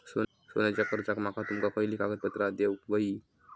सोन्याच्या कर्जाक माका तुमका खयली कागदपत्रा देऊक व्हयी?